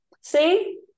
See